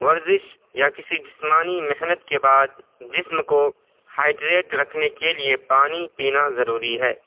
ورزش یا کسی جسمانی محنت کے بعد جسم کو ہائیڈریٹ رکھنے کے لیے پانی پینا ضروری ہے